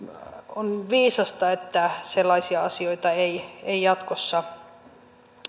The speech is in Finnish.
on viisasta että sellaisia asioita ei ei jatkossa